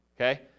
okay